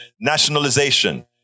nationalization